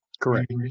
Correct